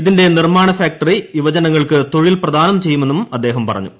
ഇതിന്റെ നിർമ്മാണ ഫാക്ടറി യുവജനങ്ങൾക്ക് തൊഴിൽ പ്രദാനം ചെയ്യുമെന്നും അദ്ദേഹം പറഞ്ഞു